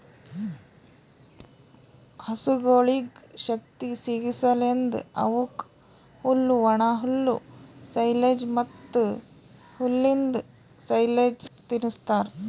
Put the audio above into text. ಹಸುಗೊಳಿಗ್ ಶಕ್ತಿ ಸಿಗಸಲೆಂದ್ ಅವುಕ್ ಹುಲ್ಲು, ಒಣಹುಲ್ಲು, ಸೈಲೆಜ್ ಮತ್ತ್ ಹುಲ್ಲಿಂದ್ ಸೈಲೇಜ್ ತಿನುಸ್ತಾರ್